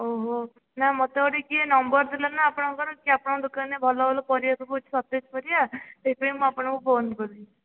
ଓହୋ ନା ମୋତେ ଗୋଟିଏ କିଏ ନମ୍ବର ଦେଲା ନା ଆପଣଙ୍କର କି ଆପଣଙ୍କ ଦୋକାନରେ ଭଲ ଭଲ ପରିବା ସବୁ ଅଛି ସତେଜ ପରିବା ସେହିଥିପାଇଁ ମୁଁ ଆପଣଙ୍କୁ ଫୋନ କଲି